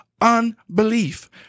unbelief